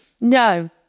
No